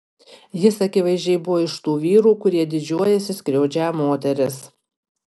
jis akivaizdžiai buvo iš tų vyrų kurie didžiuojasi skriaudžią moteris